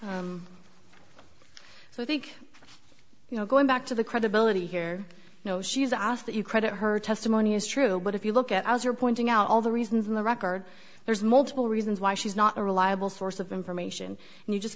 drinkwater so i think you know going back to the credibility here you know she's asked that you credit her testimony is true but if you look at as you're pointing out all the reasons in the record there's multiple reasons why she's not a reliable source of information and you just